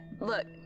Look